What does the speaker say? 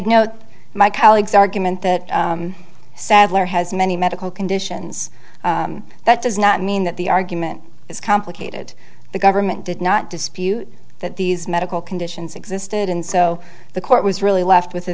note my colleagues argument that sadler has many medical conditions that does not mean that the argument is complicated the government did not dispute that these medical conditions existed and so the court was really left with a